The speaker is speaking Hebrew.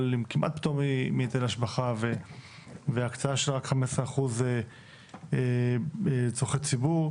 אבל עם כמעט פטור מהיטל השבחה והקצאה של רק 15% לצרכי ציבור.